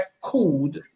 Called